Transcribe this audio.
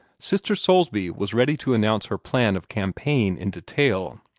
sister soulsby was ready to announce her plan of campaign in detail.